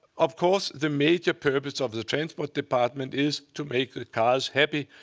of course, the major purpose of the transport department is to make the cars happy.